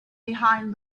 behind